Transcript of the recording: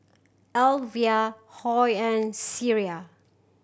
Elvia Hoy and Cierra